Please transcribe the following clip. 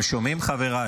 אתם שומעים, חבריי?